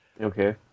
Okay